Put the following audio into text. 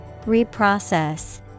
Reprocess